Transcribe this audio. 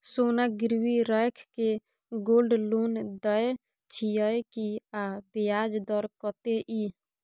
सोना गिरवी रैख के गोल्ड लोन दै छियै की, आ ब्याज दर कत्ते इ?